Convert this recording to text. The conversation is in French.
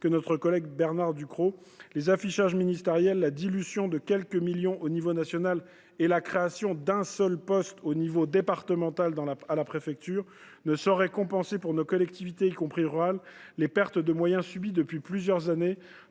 de notre collègue Bernard Delcros : les affichages ministériels, la dilution de quelques millions d’euros à l’échelon national et la création d’un seul poste au niveau départemental à la préfecture ne sauraient compenser pour nos collectivités, en particulier rurales, les pertes de moyens subies depuis plusieurs années,